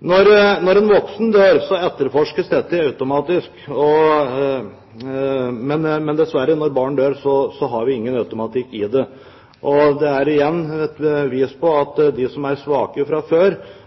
Når en voksen dør, etterforskes dette automatisk, men når barn dør, er det dessverre ingen automatikk i det. Det er igjen et bevis på at de som er svake fra før,